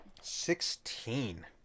Sixteen